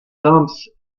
tombs